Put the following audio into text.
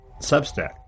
Substack